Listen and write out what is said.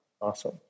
Awesome